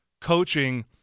coaching